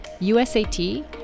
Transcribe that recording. USAT